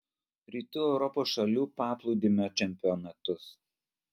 rytų europos šalių paplūdimio čempionatus